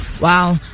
Wow